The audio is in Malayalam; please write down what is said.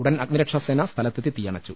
ഉടൻ അഗ്നിരക്ഷാസേന സ്ഥലത്തെത്തി തീയ ണച്ചു